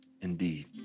indeed